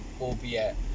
albeit